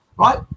Right